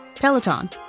Peloton